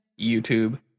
YouTube